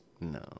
No